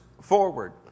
forward